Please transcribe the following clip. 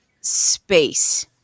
space